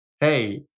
hey